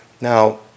Now